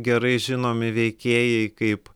gerai žinomi veikėjai kaip